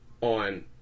on